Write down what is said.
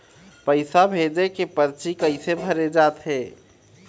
पैसा भेजे के परची कैसे भरे जाथे?